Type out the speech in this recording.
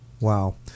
Wow